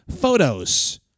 photos